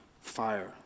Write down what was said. Fire